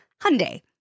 Hyundai